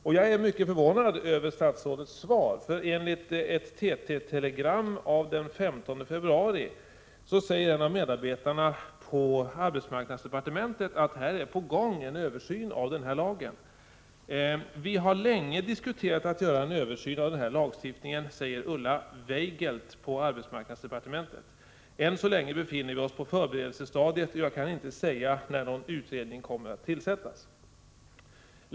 Jag är alltså mycket förvånad över statsrådets svar. Enligt ett TT-telegram av den 15 februari säger en av medarbetarna på arbetsmarknadsdepartementet att en översyn av den här lagen är på gång. Ulla Weigelt på arbetsmarknadsdepartementet säger nämligen: Vi har länge diskuterat att göra en översyn av den här lagstiftningen. Men ännu så länge befinner vi oss på förberedelsestadiet, så jag kan inte säga när någon utredning kommer att tillsättas.